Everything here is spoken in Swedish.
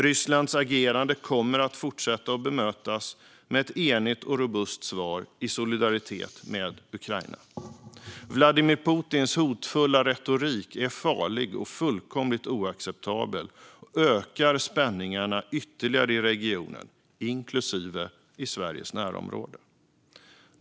Rysslands agerande kommer att fortsätta att mötas av ett enigt och robust svar i solidaritet med Ukraina. Vladimir Putins hotfulla retorik är farlig och fullkomligt oacceptabel och ökar spänningarna ytterligare i regionen, inklusive i Sveriges närområde.